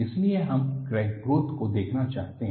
इसलिए हम crack growth को देखना चाहते हैं